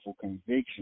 Conviction